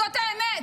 זאת האמת.